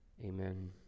Amen